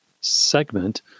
segment